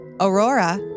Aurora